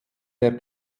der